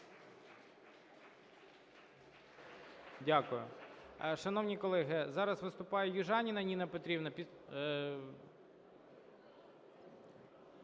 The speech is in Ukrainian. Дякую. Шановні колеги, зараз виступає Южаніна Ніна Петрівна.